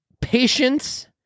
patience